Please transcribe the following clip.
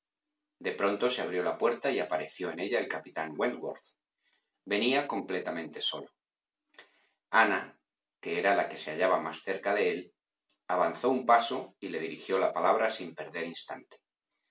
de pronto se abrió la puerta y apareció en ella el capitán wentworth venía completamente solo ana que era la que se hallaba más cerca de él avanzó un paso y le dirigió la palabra sin perder instante